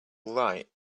write